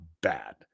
bad